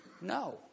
no